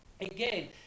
Again